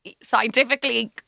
scientifically